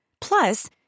Plus